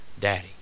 Daddy